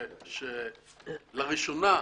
שלראשונה,